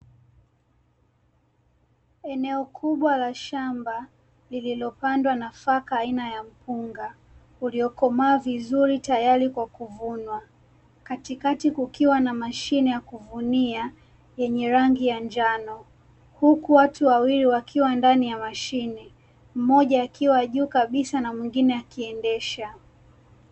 Eneo kubwa la shamba lililopandwa nafaka aina ya mpunga uliokomaa vizuri tayari kwa kuvunwa. Katikati kukiwa na mashine ya kuvunia yenye rangi ya njano. Huku watu wawili wakiwa ndani ya mashine, mmoja akiwa juu kabisa na mwingine akiendesha.